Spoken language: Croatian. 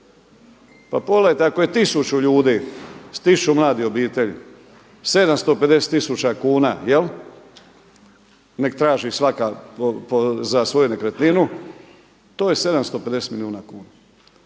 Pa pogledajte, ako je tisuću ljudi, tisuću mladih obitelji 750 000 kuna, jel'? Nek' traži svaka za svoju nekretninu to je 750 milijuna kuna.